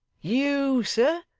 you, sir!